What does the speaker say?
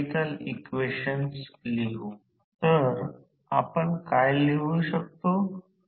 तर rotor circuit आकृती पासून हे व्युत्पन्न पहा SE2 r2 j SX 2लिहू शकतो